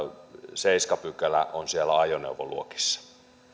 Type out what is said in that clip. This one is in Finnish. seitsemäs pykälä on siellä ajoneuvoluokissa